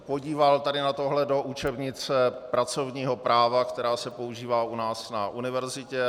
Podíval jsem se tady na tohle do učebnice pracovního práva, která se používá u nás na univerzitě.